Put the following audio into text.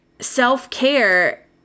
Self-care